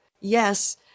Yes